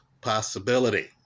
possibility